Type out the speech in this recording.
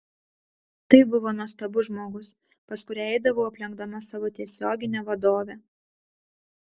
tai buvo nuostabus žmogus pas kurią eidavau aplenkdama savo tiesioginę vadovę